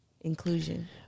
Inclusion